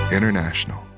International